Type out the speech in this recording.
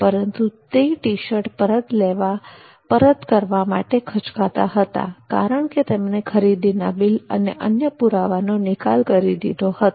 પરંતુ તે T shirt પરત કરવા માટે ખચકાતા હતા કારણ કે તેમણે ખરીદીના બિલ તથા અન્ય પુરાવાનો નિકાલ કરી દીધો હતો